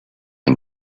and